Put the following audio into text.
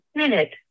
minute